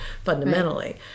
fundamentally